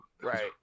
Right